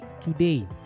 today